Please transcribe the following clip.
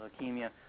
leukemia